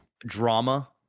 Drama